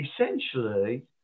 essentially